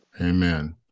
Amen